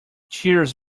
cheers